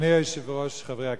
אדוני היושב-ראש, חברי הכנסת,